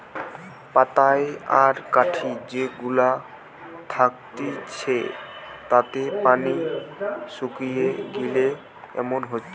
পাতায় আর কাঠি যে গুলা থাকতিছে তাতে পানি শুকিয়ে গিলে এমন হচ্ছে